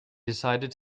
decided